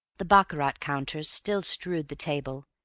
the baccarat-counters still strewed the table,